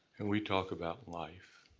and we talk about life.